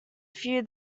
few